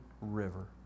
river